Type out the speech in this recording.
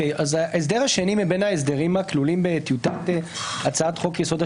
ההסדר השני מבין ההסדרים הכלולים בטיוטת הצעת חוק יסוד: